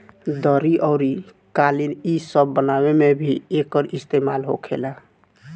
दरी अउरी कालीन इ सब बनावे मे भी एकर इस्तेमाल होखेला